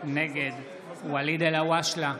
נגד ואליד אלהואשלה,